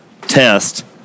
test